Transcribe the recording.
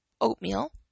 oatmeal